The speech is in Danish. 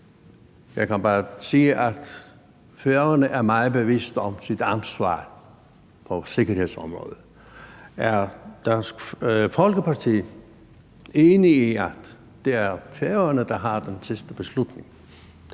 jeg kan bare sige, at Færøerne er meget bevidst om sit ansvar på sikkerhedsområdet. Er Dansk Folkeparti enig i, at det er Færøerne, der har det afgørende ord, når